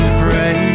pray